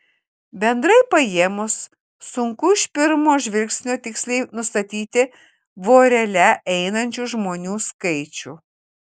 bendrai paėmus sunku iš pirmo žvilgsnio tiksliai nustatyti vorele einančių žmonių skaičių